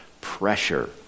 pressure